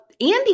Andy